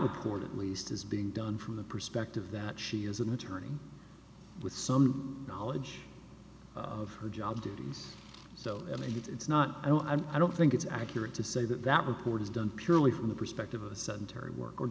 report at least is being done from the perspective that she is an attorney with some knowledge of her job duties so i mean it it's not i don't i don't think it's accurate to say that that report is done purely from the perspective of a sudden terry work or